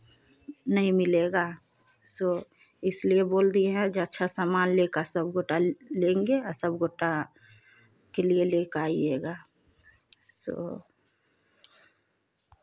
नहीं मिलेगा सो इसलिए बोल दिए हैं जो अच्छा सामान लेकर सब गोटा ले लेंगे आ सब गोटा के लिए लेकर आईएगा सो